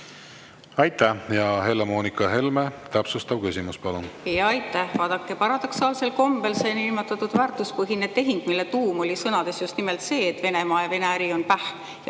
Aitäh! Helle-Moonika Helme, täpsustav küsimus, palun! Aitäh! Vaadake, paradoksaalsel kombel see niinimetatud väärtuspõhine tehing, mille tuum oli sõnades just nimelt see, et Venemaa ja Vene äri on pähh,